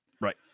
right